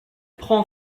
prend